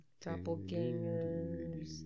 Doppelgangers